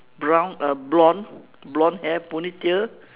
brown uh blonde blonde hair ponytail